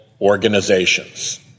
organizations